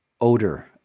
odor